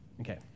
Okay